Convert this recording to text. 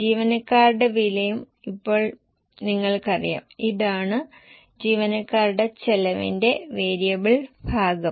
ജീവനക്കാരുടെ വിലയും ഇപ്പോൾ നിങ്ങൾക്കറിയാം ഇതാണ് ജീവനക്കാരുടെ ചെലവിന്റെ വേരിയബിൾ ഭാഗം